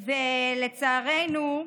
לצערנו,